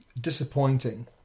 disappointing